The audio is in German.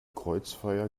kreuzfeuer